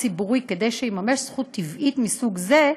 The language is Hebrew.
ציבורי כדי שיממש זכות טבעית מסוג זה,